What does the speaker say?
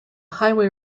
highway